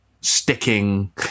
sticking